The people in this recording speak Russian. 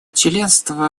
членство